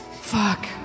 Fuck